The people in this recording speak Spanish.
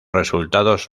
resultados